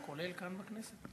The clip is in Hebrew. כולל כאן בכנסת.